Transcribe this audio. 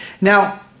now